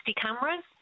cameras